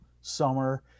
summer